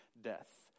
death